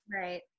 Right